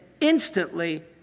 instantly